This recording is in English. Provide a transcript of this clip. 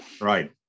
Right